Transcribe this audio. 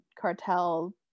cartel